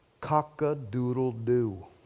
cock-a-doodle-doo